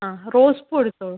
ആ റോസ്പൂ എടുത്തോ